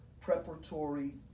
preparatory